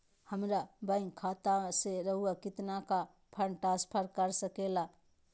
हमरा बैंक खाता से रहुआ कितना का फंड ट्रांसफर कर सके ला?